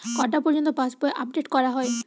কটা পযর্ন্ত পাশবই আপ ডেট করা হয়?